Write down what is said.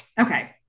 Okay